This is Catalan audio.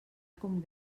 com